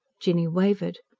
jinny wavered.